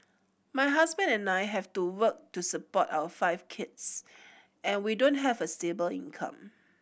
my husband and I have to work to support our five kids and we don't have a stable income